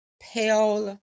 pale